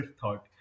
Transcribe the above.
thought